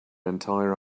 entire